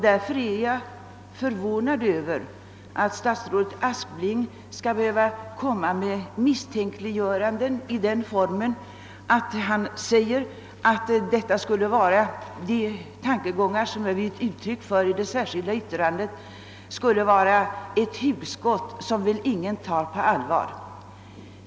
Därför är jag förvånad över att statsrådet skall behöva komma med misstänkliggöranden i den formen att han säger, att de tankegångar som vi givit uttryck för i det särskilda yttrandet skulle vara ett hugskott som väl ingen tar på allvar.